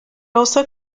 also